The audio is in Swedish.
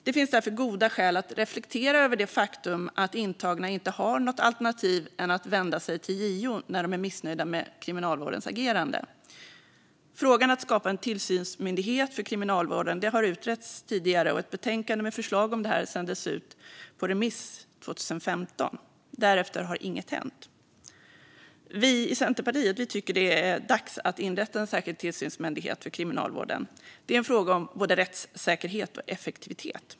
Det finns därför goda skäl att reflektera över det faktum att intagna inte har något annat alternativ än att vända sig till JO när de är missnöjda med kriminalvårdens agerande. Frågan om att skapa en tillsynsmyndighet för kriminalvården har utretts tidigare. Ett betänkande med förslag om detta sändes ut på remiss 2015, men därefter har inget hänt. Vi i Centerpartiet tycker att det är dags att inrätta en särskild tillsynsmyndighet för kriminalvården. Det är en fråga om både rättssäkerhet och effektivitet.